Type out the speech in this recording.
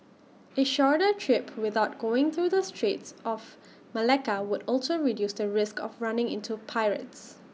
A shorter trip without going through the straits of Malacca would also reduce the risk of running into pirates